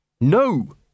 No